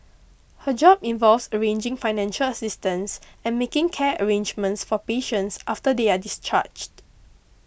her job involves arranging financial assistance and making care arrangements for patients after they are discharged